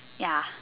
ya